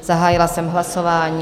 Zahájila jsem hlasování.